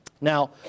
Now